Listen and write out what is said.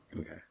Okay